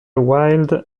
wild